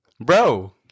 Bro